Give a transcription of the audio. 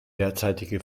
derzeitige